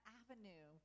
avenue